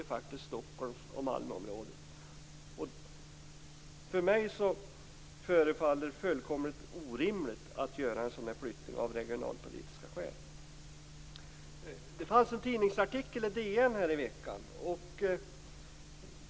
Det är Stockholms och Malmöområdena. För mig förefaller det fullkomligt orimligt att göra en flyttning av regionalpolitiska skäl. Det fanns en tidningsartikel i DN häromveckan.